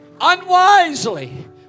unwisely